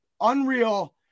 Unreal –